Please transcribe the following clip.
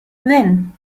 then